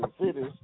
cities